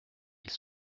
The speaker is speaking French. ils